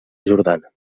jordana